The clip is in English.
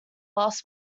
loss